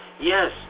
Yes